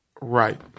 Right